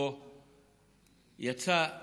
או שיצאו שיגורים,